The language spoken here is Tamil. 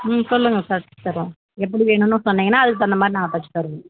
ம் சொல்லுங்க தைச்சித் தரோம் எப்படி வேணுன்னு சொன்னீங்கன்னா அதுக்குத் தகுந்த மாதிரி நாங்கள் தைச்சித் தருவோம்